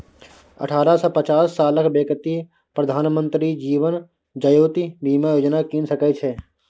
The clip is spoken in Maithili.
अठारह सँ पचास सालक बेकती प्रधानमंत्री जीबन ज्योती बीमा योजना कीन सकै छै